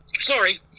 Sorry